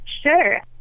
Sure